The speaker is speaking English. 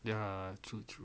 ya true true